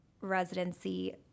residency